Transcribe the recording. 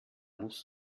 muss